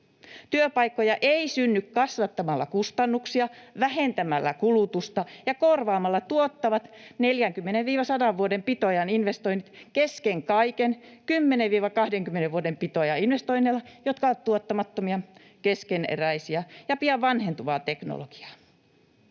Työpaikkoja ei synny kasvattamalla kustannuksia, vähentämällä kulutusta ja korvaamalla tuottavat 40—100 vuoden pitoajan investoinnit kesken kaiken 10—20 vuoden pitoajan investoinneilla, jotka ovat tuottamattomia, keskeneräisiä ja pian vanhentuvaa teknologiaa.